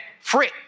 free